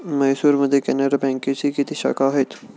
म्हैसूरमध्ये कॅनरा बँकेच्या किती शाखा आहेत?